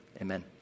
amen